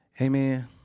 Amen